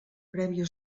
prèvia